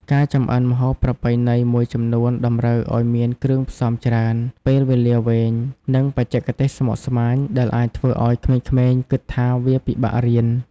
ការចម្អិនម្ហូបប្រពៃណីមួយចំនួនតម្រូវឱ្យមានគ្រឿងផ្សំច្រើន ពេលវេលាវែង និងបច្ចេកទេសស្មុគស្មាញ ដែលអាចធ្វើឱ្យក្មេងៗគិតថាវាពិបាករៀន។